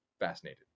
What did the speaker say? Fascinated